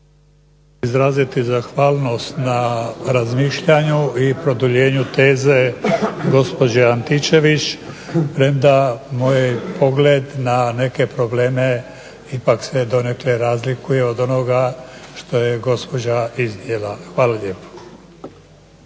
Izraziti zahvalnost na razmišljanju i produljenju teze gospođe Antičević premda moj pogled na neke probleme ipak se donekle razlikuje od onoga što je gospođa iznijela. Hvala lijepa.